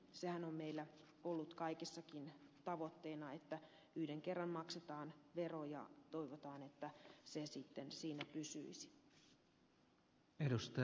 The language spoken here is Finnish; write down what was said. sehän on meillä ollut kaikessa tavoitteena että yhden kerran maksetaan vero ja toivotaan että se sitten siinä pysyisi